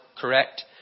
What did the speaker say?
correct